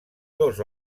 dos